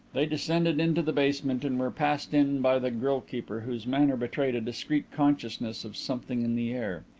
they descended into the basement and were passed in by the grille-keeper, whose manner betrayed a discreet consciousness of something in the air.